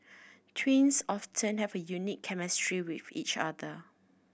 twins often have a unique chemistry with each other